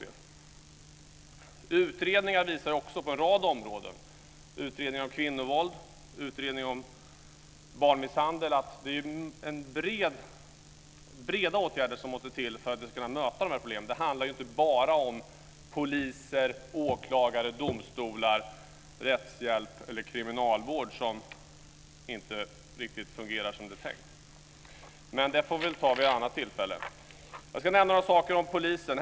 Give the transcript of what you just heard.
Det görs utredningar på en rad områden, bl.a. om kvinnovåld och om barnmisshandel. Det måste till breda åtgärder för att vi ska kunna möta dessa problem. Det handlar inte bara om poliser, åklagare, domstolar eller rättshjälp eller om en kriminalvård som inte fungerar riktigt som det är tänkt. Detta får vi dock ta upp vid ett annat tillfälle. Låt mig nämna några saker som gäller polisen.